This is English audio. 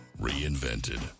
reinvented